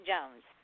Jones